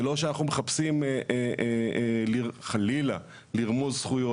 זה לא שאנחנו מחפשים חלילה לרמוס זכויות.